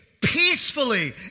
peacefully